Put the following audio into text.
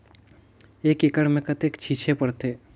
एक एकड़ मे कतेक छीचे पड़थे?